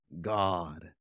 God